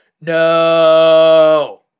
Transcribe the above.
No